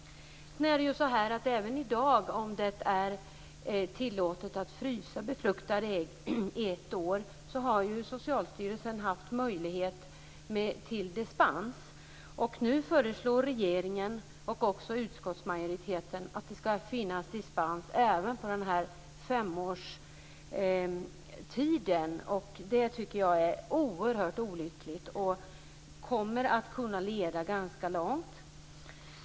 Det är tillåtet att frysförvara befruktade ägg i ett år. Redan i dag har Socialstyrelsen möjlighet att ge dispens. Nu föreslår regeringen och också utskottsmajoriteten att det skall finnas möjlighet till dispens även efter dessa fem år. Det tycker jag är oerhört olyckligt och kommer att kunna leda ganska långt.